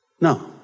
No